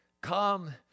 come